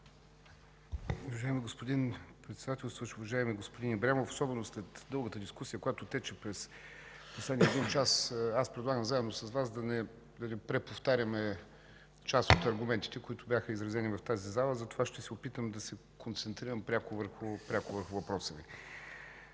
Уважаеми господин Председателстващ, уважаеми господин Ибрямов, особено след дългата дискусия, която тече през последния един час, аз предлагам заедно с Вас да не преповтаряме част от регламентите, които бяха изразени в тази зала. Затова ще се опитам да се концентрирам пряко върху въпроса Ви.